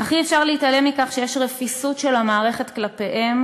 אך אי-אפשר להתעלם מכך שיש רפיסות של המערכת כלפיהם,